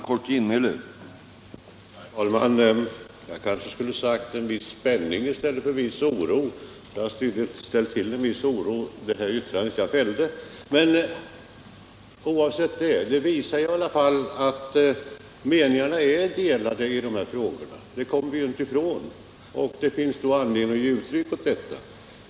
Herr talman! Jag skulle kanske ha sagt ”en viss spänning” i stället för ”en viss oro”. Mitt yttrande har tydligen orsakat en viss oro. Vi kommer emellertid inte ifrån att meningarna är delade i de här frågorna, och då finns det också anledning att ge uttryck för detta.